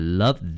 love